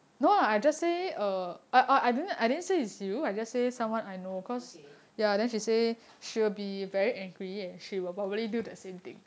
oh okay